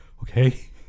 okay